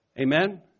Amen